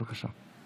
בבקשה.